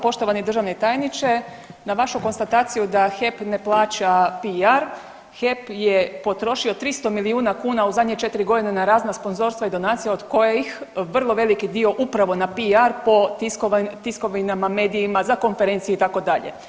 Poštovani državni tajniče na vašu konstataciju da HEP ne plaća PR HEP je potrošio 300 milijuna kuna u zadnje 4 godine na razna sponzorstva i donacije od kojih vrlo veliki dio upravo na PR po tiskovinama, medijima, za konferencije itd.